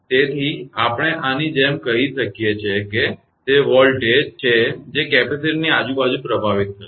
તેથી આપણે આની જેમ કહી શકીએ કે તે વોલ્ટેજ છે જે કેપેસિટરની આજુબાજુ પ્રભાવિત થશે